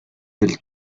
del